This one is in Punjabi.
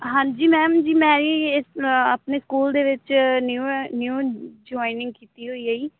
ਹਾਂਜੀ ਮੈਮ ਜੀ ਮੈਂ ਇਹ ਆਪਣੇ ਸਕੂਲ ਦੇ ਵਿੱਚ ਨਿਊ ਹੈ ਨਿਊ ਜੋਇਨਿੰਗ ਕੀਤੀ ਹੋਈ ਹੈ ਜੀ